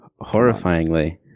horrifyingly